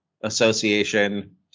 Association